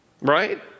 right